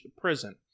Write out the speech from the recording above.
prison